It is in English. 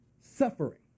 suffering